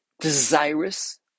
desirous